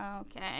Okay